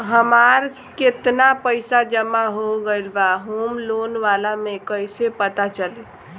हमार केतना पईसा जमा हो गएल बा होम लोन वाला मे कइसे पता चली?